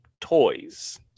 toys